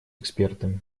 экспертами